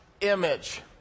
image